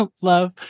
love